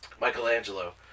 Michelangelo